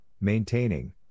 maintaining